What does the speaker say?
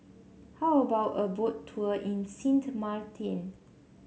how about a Boat Tour in Sint Maarten